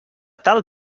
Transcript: tal